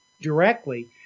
directly